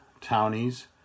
townies